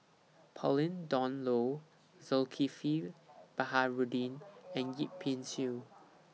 Pauline Dawn Loh Zulkifli Baharudin and Yip Pin Xiu